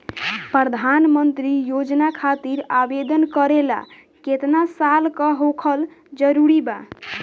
प्रधानमंत्री योजना खातिर आवेदन करे ला केतना साल क होखल जरूरी बा?